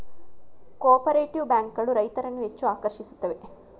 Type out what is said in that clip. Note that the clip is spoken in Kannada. ಕೋಪರೇಟಿವ್ ಬ್ಯಾಂಕ್ ಗಳು ರೈತರನ್ನು ಹೆಚ್ಚು ಆಕರ್ಷಿಸುತ್ತವೆ